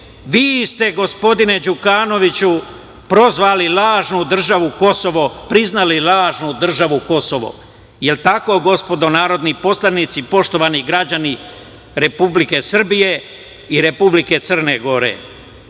Vi ste, gospodine Đukanoviću, priznali lažnu državu Kosovu. Jel tako, gospodo, narodni poslanici i poštovani građani Republike Srbije i Republike Crne Gore? Vi